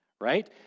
right